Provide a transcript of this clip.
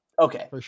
okay